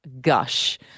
Gush